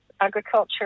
agriculture